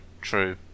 True